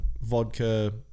vodka